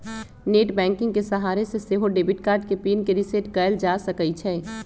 net banking के सहारे से सेहो डेबिट कार्ड के पिन के रिसेट कएल जा सकै छइ